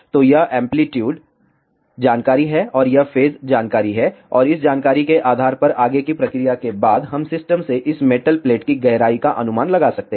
तो यह एंप्लीट्यूड जानकारी है और यह फेज जानकारी है और इस जानकारी के आधार पर आगे की प्रक्रिया के बाद हम सिस्टम से इस मेटल प्लेट की गहराई का अनुमान लगा सकते हैं